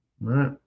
right